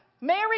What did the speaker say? Mary